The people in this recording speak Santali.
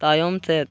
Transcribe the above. ᱛᱟᱭᱚᱢ ᱥᱮᱫ